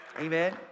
Amen